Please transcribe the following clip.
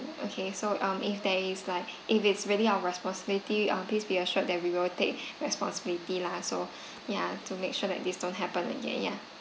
okay so um if there is like if it's really our responsibility uh please be assured that we will take responsibility lah so ya to make sure that this don't happen again ya